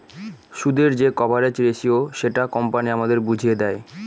সুদের যে coverage ratio সেটা কোম্পানি আমাদের বুঝিয়ে দেয়